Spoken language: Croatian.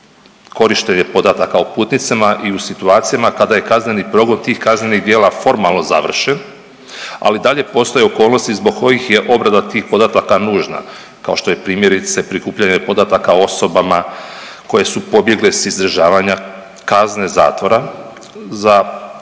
korištenje podataka o putnicima i u situacijama kada je kazneni progon tih kaznenih djela formalno završen, ali i dalje postoje okolnosti zbog kojih je obrada tih podataka nužna, kao što je primjerice, prikupljanje podataka o osobama koje su pobjegle s izdržavanja kazne zatvora za kaznena